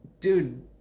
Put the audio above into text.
dude